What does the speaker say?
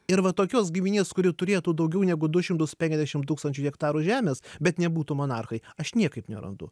ir va tokios giminės kuri turėtų daugiau negu du šimtus penkedešim tūkstančių hektarų žemės bet nebūtų monarchai aš niekaip nerandu